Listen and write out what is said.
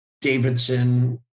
Davidson